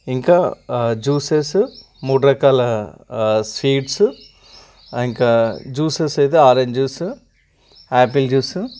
ఇంకా జ్యూసెస్ మూడు రకాల స్వీట్సు ఇంకా జ్యూసెస్ ఐతే ఆరంజ్ జ్యూసు ఆపిల్ జ్యూసు